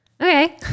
okay